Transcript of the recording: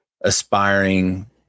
aspiring